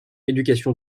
éducation